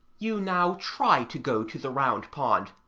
you now try to go to the round pond,